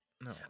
no